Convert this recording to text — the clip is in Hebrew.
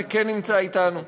שכן נמצא אתנו,